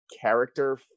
character